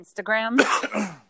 Instagram